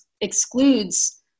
excludes